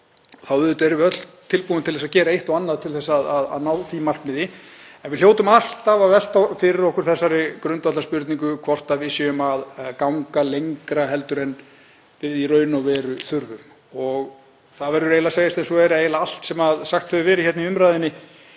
við auðvitað öll tilbúin til að gera eitt og annað til að ná því markmiði. En við hljótum alltaf að velta fyrir okkur þessari grundvallarspurningu, hvort við séum að ganga lengra heldur en í raun og veru þurfi. Það verður eiginlega að segjast eins og er að eiginlega allt sem sagt hefur verið hérna í umræðunni